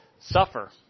Suffer